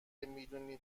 میدونی